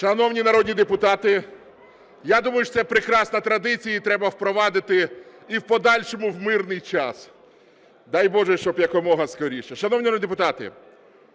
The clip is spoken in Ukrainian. Шановні народні депутати, я думаю, що цю прекрасну традицію треба впровадити і в подальшому у мирний час, дай боже, щоб якомога скоріше.